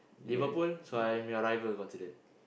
Liverpool so I am your rival considered